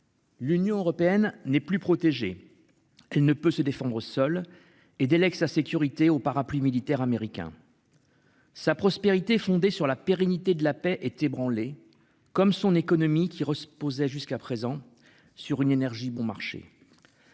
L'Union européenne n'est plus protégé. Elle ne peut se défendre au sol et des l'ex-sa sécurité au parapluie militaire américain. Sa prospérité fondée sur la pérennité de la paix est ébranlée comme son économie qui se posait jusqu'à présent sur une énergie bon marché.